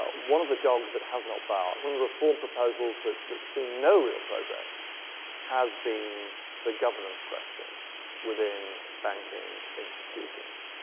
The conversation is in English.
ah one of the dogs that has not barked, one of the reform proposals that that see no real progress has been the governance question within banking institutions.